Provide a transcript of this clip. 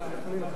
הצבעה.